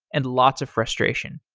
and lots of frustration.